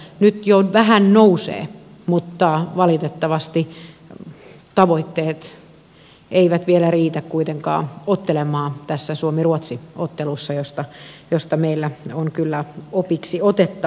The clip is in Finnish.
nyt jo vähän nousee mutta valitettavasti tavoitteet eivät vielä riitä kuitenkaan ottelemaan tässä suomiruotsi ottelussa josta meillä on kyllä opiksi otettavaa